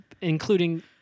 including